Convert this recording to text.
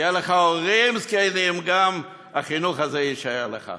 יהיו לך הורים זקנים, גם החינוך הזה יישאר לך.